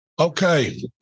Okay